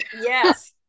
yes